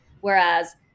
whereas